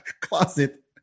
closet